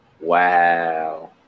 Wow